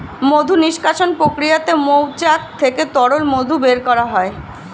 মধু নিষ্কাশণ প্রক্রিয়াতে মৌচাক থেকে তরল মধু বের করা হয়